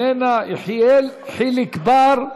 איננה, יחיאל חיליק בר,